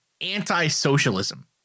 anti-socialism